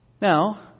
Now